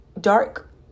Dark